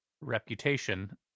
reputation